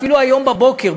אפילו היום בבוקר,